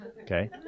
okay